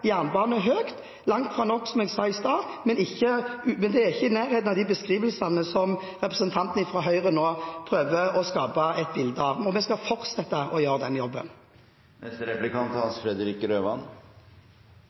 jernbane høyt – langt fra nok, som jeg sa i stad, men det er ikke en riktig beskrivelse det som representanten fra Høyre nå prøver å skape et bilde av. Vi skal fortsette å gjøre den